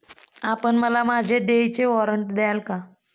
आपण मला माझे देयचे वॉरंट द्याल का?